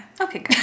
okay